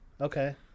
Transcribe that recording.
Okay